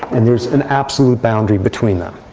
and there's an absolute boundary between them.